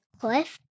cliff